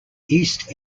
east